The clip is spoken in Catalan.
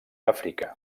àfrica